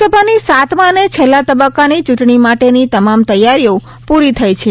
લોકસભાની સાતમા અને છેલ્લા તબક્કાના ચૂંટણી માટેની તમામ તૈયારીઓ પૂરી થઈ છે